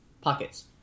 pockets